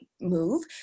move